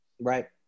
right